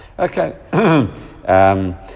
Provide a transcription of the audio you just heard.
Okay